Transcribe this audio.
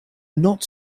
not